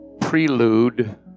prelude